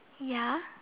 ya